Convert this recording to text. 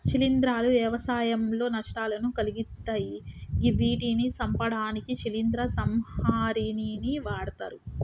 శిలీంద్రాలు వ్యవసాయంలో నష్టాలను కలిగిత్తయ్ గివ్విటిని సంపడానికి శిలీంద్ర సంహారిణిని వాడ్తరు